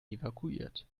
evakuiert